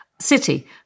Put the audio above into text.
city